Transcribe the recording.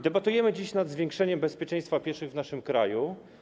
Debatujemy dziś nad zwiększeniem bezpieczeństwa pieszych w naszym kraju.